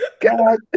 God